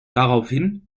daraufhin